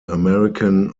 american